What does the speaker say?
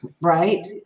Right